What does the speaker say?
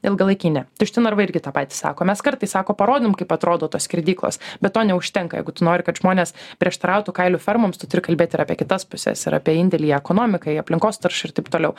ilgalaikėj ne tušti narvai irgi tą patį sako mes kartais sako parodom kaip atrodo tos skerdyklos bet to neužtenka jeigu tu nori kad žmonės prieštarautų kailių fermoms tu turi kalbėti ir apie kitas puses ir apie indėlį ekonomikai aplinkos taršai ir taip toliau